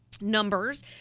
numbers